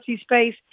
space